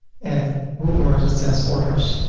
at woocommerce, it says orders,